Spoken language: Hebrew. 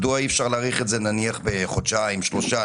מדוע אי אפשר להאריך את זה נניח בחודשיים, שלושה?